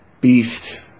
Beast